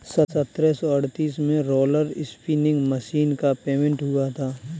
सत्रह सौ अड़तीस में रोलर स्पीनिंग मशीन का पेटेंट हुआ था